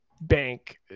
bank